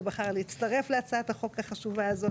שבחר להצטרף להצעת החוק החשובה הזאת.